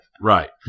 Right